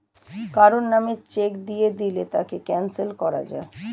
কারো নামে চেক দিয়ে দিলে তাকে ক্যানসেল করা যায়